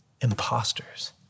imposters